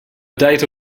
data